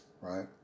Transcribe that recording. right